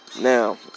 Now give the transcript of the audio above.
now